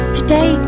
Today